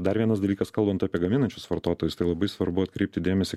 dar vienas dalykas kalbant apie gaminančius vartotojus tai labai svarbu atkreipti dėmesį